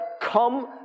Come